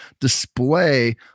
display